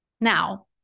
Now